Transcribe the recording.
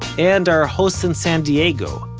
and our hosts in san diego,